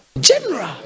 general